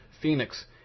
Phoenix